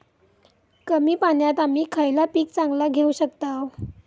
कमी पाण्यात आम्ही खयला पीक चांगला घेव शकताव?